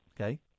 Okay